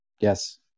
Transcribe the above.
Yes